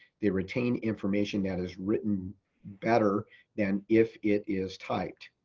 they retain information that is written better than if it is typed.